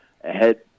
ahead